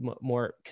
more